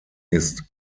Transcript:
ist